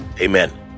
Amen